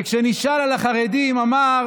וכשנשאל על החרדים, אמר